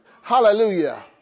Hallelujah